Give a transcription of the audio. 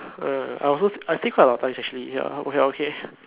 uh I was I stay quite a lot of times actually ya but ya okay